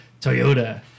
Toyota